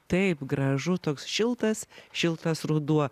taip gražu toks šiltas šiltas ruduo